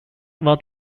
war